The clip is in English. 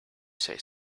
say